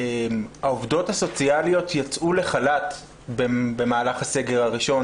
העובדות הסוציאליות יצאו לחל"ת במהלך הסגר הראשון,